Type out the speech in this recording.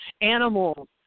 animals